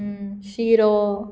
शिरो